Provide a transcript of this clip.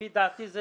לפי דעתי זה